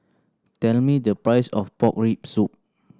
tell me the price of pork rib soup